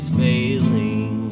failing